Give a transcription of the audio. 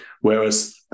whereas